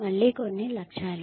మళ్ళీ కొన్ని లక్ష్యాలు